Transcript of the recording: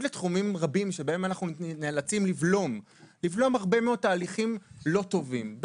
לתחומים רבים שאנו צריכים בהם לבלום תהליכים לא טובים,